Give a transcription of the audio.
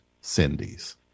Cindy's